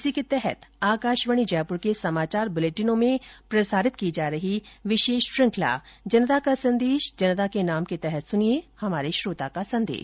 इसी के तहत आकाशवाणी जयपुर के समाचार बुलेटिनों में प्रसारित की जा रही विशेष श्रुखंला जनता का संदेश जनता के नाम के तहत सुनिये हमारे श्रोता का संदेश